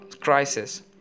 crisis